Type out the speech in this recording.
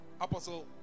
Apostle